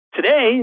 Today